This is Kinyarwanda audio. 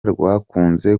rwakunze